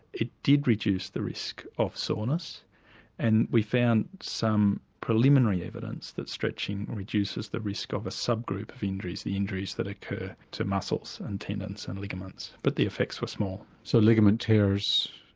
it did reduce the risk of soreness and we found some preliminary evidence that stretching reduces the risk of a sub-group of injuries, the injuries that occur to muscles and tendons and ligaments but the effects were small. so ligament tears,